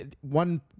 One